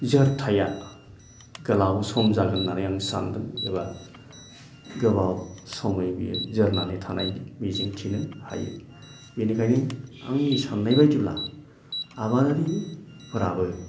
जोरथाइया गोलाव सम जागोन होननानै आं सानदों एबा गोबाव समै बियो जोरनानै थानायनि मिजिं थिनो हायो बिनिखायनो आंनि साननाय बायदिब्ला आबादारिफोराबो